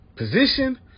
position